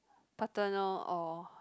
paternal or